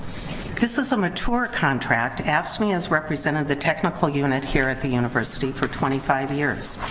this is a mature contract. afscme has represented the technical unit, here at the university for twenty five years,